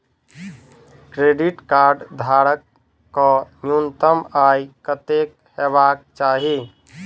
Credit card धारक कऽ न्यूनतम आय कत्तेक हेबाक चाहि?